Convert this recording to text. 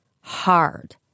hard